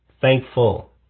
thankful